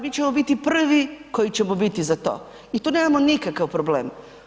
Mi ćemo biti prvi koji ćemo biti za to i tu nemamo nikakav problem.